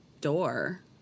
door